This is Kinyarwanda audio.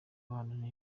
abana